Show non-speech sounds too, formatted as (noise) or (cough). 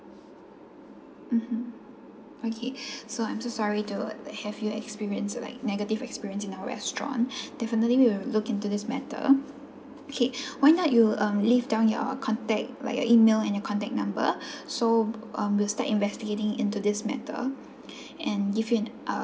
mmhmm okay (breath) so I'm so sorry to have you experienced like negative experience in our restaurant (breath) definitely we'll look into this matter okay (breath) why not you um leave down your contact like your email and your contact number so um we'll start investigating into this matter (breath) and give you an uh